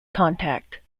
contact